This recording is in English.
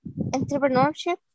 entrepreneurship